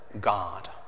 God